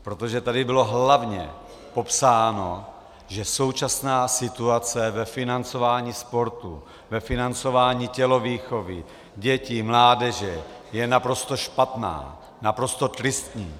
Protože tady bylo hlavně popsáno, že současná situace ve financování sportu, ve financování tělovýchovy dětí, mládeže, je naprosto špatná, naprosto tristní.